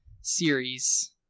series